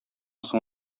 соң